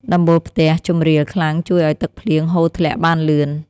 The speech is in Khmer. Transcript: ដំបូលផ្ទះជម្រាលខ្លាំងជួយឱ្យទឹកភ្លៀងហូរធ្លាក់បានលឿន។